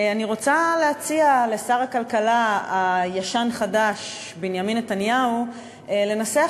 אני רוצה להציע לשר הכלכלה הישן-חדש בנימין נתניהו לנסח